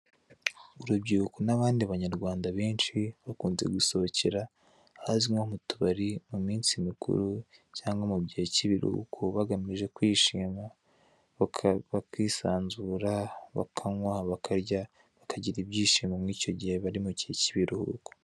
Urubyiruko n'abandi banyarwanda benshi bakunze gusohokera ahazwi nko mutubari, muminsi mikuru cyangwa mugihe kibiruhuko bagamije kwishima bakisanzura bakankwa bakarya bakagira ibyishimo mwicyo gihe barimo kibiruhuko.